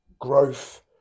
growth